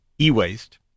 e-waste